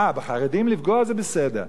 אה, בחרדים לפגוע, זה בסדר.